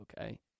Okay